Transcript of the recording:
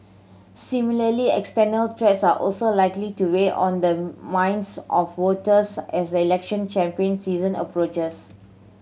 similarly external threats are also likely to weigh on the minds of voters as the election campaign season approaches